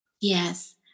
Yes